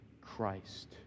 Christ